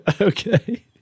Okay